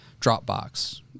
Dropbox